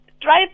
drive